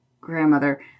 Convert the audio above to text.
grandmother